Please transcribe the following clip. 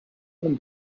them